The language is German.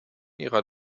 ihrer